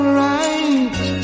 right